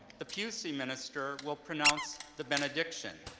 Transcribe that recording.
the pusey minister will pronounce the benediction.